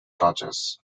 torches